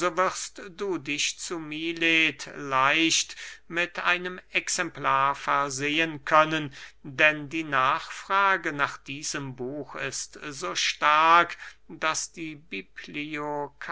wirst du dich zu milet leicht mit einem exemplar versehen können denn die nachfrage nach diesem buch ist so stark daß die